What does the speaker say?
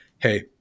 hey